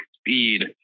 speed